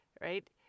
right